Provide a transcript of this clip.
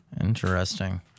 Interesting